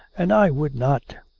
and i would not.